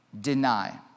deny